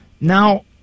Now